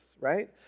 right